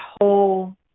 whole